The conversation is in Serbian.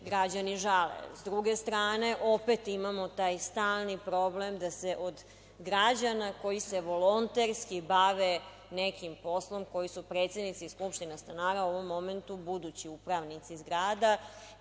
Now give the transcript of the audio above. građani žale. Sa druge strane, opet imamo taj stalni problem da se od građana koji se volonterski bave nekim poslom, koji su predsednici skupština stanara, u ovom momentu, budući upravnici zgrada